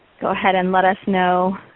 go ahead and let us know